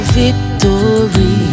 victory